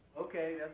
Okay